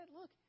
look